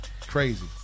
Crazy